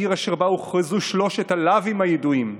העיר אשר בה הוכרזו שלושת הלאווים הידועים,